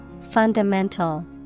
fundamental